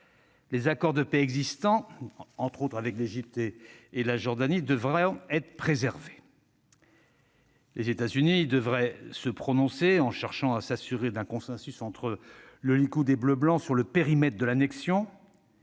les accords de paix existants- notamment avec l'Égypte et la Jordanie -devront être préservés. Les États-Unis devraient se prononcer en cherchant à s'assurer d'un consensus entre le Likoud et Bleu Blanc sur le périmètre de l'annexion